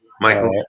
Michael